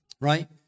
right